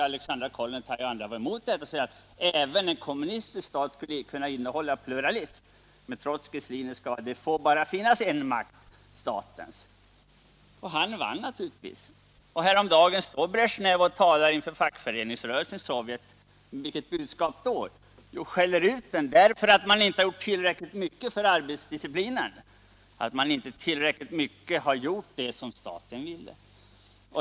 Alexandra Kollontaj och andra var emot den och sade att även en kommunistisk stat bör kunna innehålla pluralism. Men Trotskij sade att det får bara finnas en makt: staten. Och han vann naturligtvis. Häromdagen stod Bresjnev och talade inför fackföreningsrörelsen i Sovjetunionen. I vilket ärende då? Jo, han skällde ut den därför att man inte hade gjort tillräckligt mycket för arbetsdisciplinen, att man inte hade tillräckligt mycket gjort det som staten ville.